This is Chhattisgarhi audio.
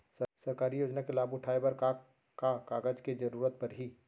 सरकारी योजना के लाभ उठाए बर का का कागज के जरूरत परही